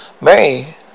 Mary